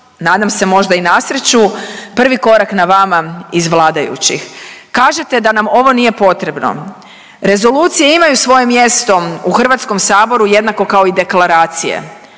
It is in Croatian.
nadam se možda i na sreću prvi korak na vama iz vladajućih. Kažete da nam ovo nije potrebno. Rezolucije imaju svoje mjesto u Hrvatskom saboru jednako kao i deklaracije,